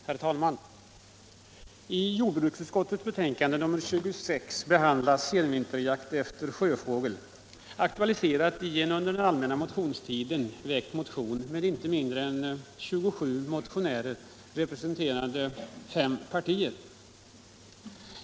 Herr talman! I jordbruksutskottets betänkande nr 26 behandlas senvinterjakt efter sjöfågel, aktualiserad i en under den allmänna motionstiden väckt motion med inte mindre än 27 motionärer, representerande fem partier.